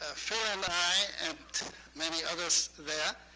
ah phil and i, and many others there,